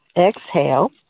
Exhale